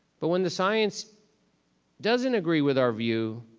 but when the science doesn't agree with our view,